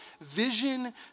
vision